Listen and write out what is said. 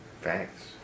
Thanks